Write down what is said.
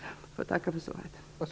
Jag får tacka för svaret.